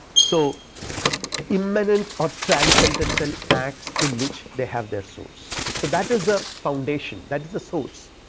so immanent or transcendental acts in which they have their source, so that is the foundation that is the source,